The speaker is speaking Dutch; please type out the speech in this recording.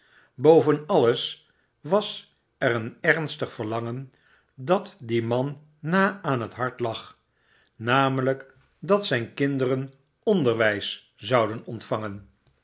alles was er een ernstig verlangen dat dien man na aan t hart lag namelijk dat zyn kinderen onderwys zouden ontvangen